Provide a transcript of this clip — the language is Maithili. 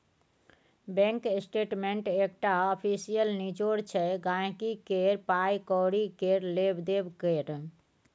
बैंक स्टेटमेंट एकटा आफिसियल निचोड़ छै गांहिकी केर पाइ कौड़ी केर लेब देब केर